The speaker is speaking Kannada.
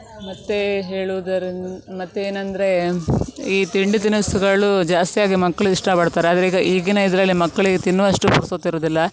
ಮತ್ತು ಹೇಳುದರಿಂ ಮತ್ತೆ ಏನೆಂದ್ರೆ ಈ ತಿಂಡಿ ತಿನಿಸುಗಳು ಜಾಸ್ತಿಯಾಗಿ ಮಕ್ಕಳು ಇಷ್ಟಪಡ್ತಾರೆ ಆದರೆ ಈಗ ಈಗಿನ ಇದರಲ್ಲಿ ಮಕ್ಕಳಿಗೆ ತಿನ್ನುವಷ್ಟು ಪುರಸೊತ್ತು ಇರುವುದಿಲ್ಲ